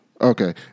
Okay